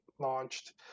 launched